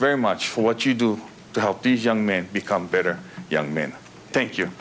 very much for what you do to help these young men become better young men thank you